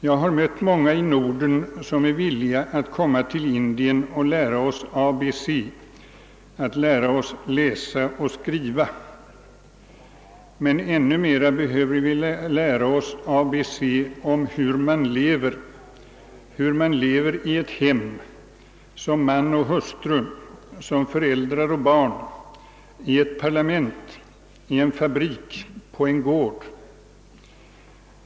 Jag har mött många i Norden som är villiga att komma till Indien och lära oss ABC — att lära oss läsa och skriva. Men ännu mera behöver vi lära oss ABC om hur man lever — hur man lever i ett hem, som man och hustru, som föräldrar och barn, i ett parlament, i en fabrik, på en gård.